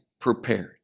prepared